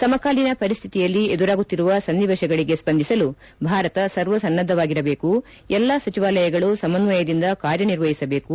ಸಮಕಾಲೀನ ಪರಿಸ್ಟಿತಿಯಲ್ಲಿ ಎದುರಾಗುತ್ತಿರುವ ಸನ್ನಿವೇಶಗಳಿಗೆ ಸ್ವಂದಿಸಲು ಭಾರತ ಸರ್ವ ಸನ್ನದ್ದವಾಗಿರಬೇಕು ಎಲ್ಲಾ ಸಚಿವಾಲಯಗಳು ಸಮನ್ವಯದಿಂದ ಕಾರ್ಯ ನಿರ್ವಹಿಸಬೇಕು